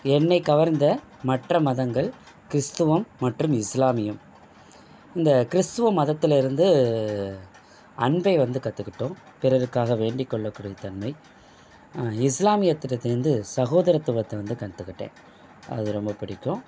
என்னைக் கவர்ந்த மற்ற மதங்கள் கிறிஸ்துவம் மற்றும் இஸ்லாமியம் இந்த கிறிஸ்துவ மதத்திலிருந்து அன்பை வந்து கற்றுக்கிட்டோம் பிறருக்காக வேண்டிக்கொள்ளக்கூடிய தன்மை இஸ்லாமியதிடத்துலேருந்து சகோதரத்துவத்தை வந்து கற்றுக்கிட்டேன் அது ரொம்ப பிடிக்கும்